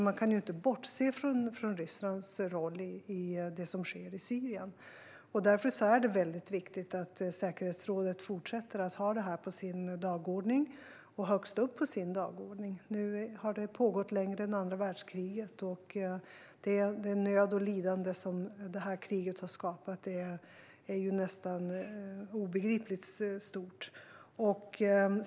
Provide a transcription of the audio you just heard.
Man kan därför inte bortse från Rysslands roll i det som sker i Syrien. Därför är det mycket viktigt att säkerhetsrådet fortsätter att ha detta högst upp på sin dagordning. Nu har detta krig pågått längre än andra världskriget, och den nöd och det lidande som detta krig har skapat är nästan obegripligt stort.